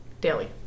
daily